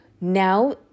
Now